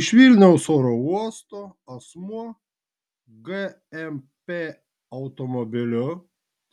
iš vilniaus oro uosto asmuo gmp automobiliu